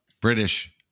British